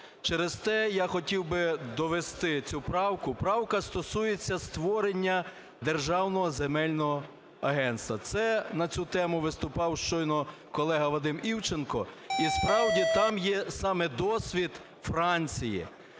Через те я хотів би довести цю правку. Правка стосується створення Державного земельного агентства. Це на цю тему виступав щойно колега Вадим Івченко. І, справді, там є саме досвід Франції,